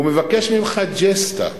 הוא מבקש ממך ג'סטה,